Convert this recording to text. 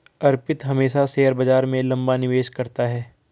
अर्पित हमेशा शेयर बाजार में लंबा निवेश करता है